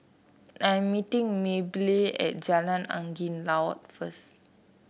I'm meeting Maybelle at Jalan Angin Laut first